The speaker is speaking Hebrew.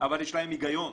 אבל יש להם היגיון.